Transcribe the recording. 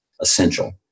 essential